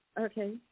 Okay